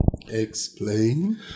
Explain